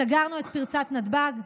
סגרנו את פרצת נתב"ג.